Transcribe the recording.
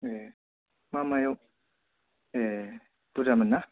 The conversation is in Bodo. ए मा मायाव एह बुरजा मोनना